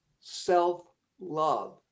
self-love